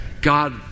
God